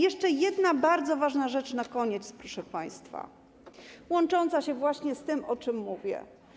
Jeszcze jedna bardzo ważna rzecz na koniec, proszę państwa, łącząca się z tym, o czym mówię.